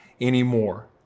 anymore